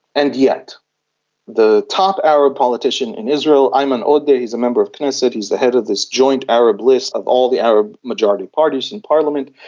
and yet the top arab politician in israel, ayman odeh, he is a member of knesset, he's the head of this joint arab list of all the arab majority parties in parliament,